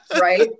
Right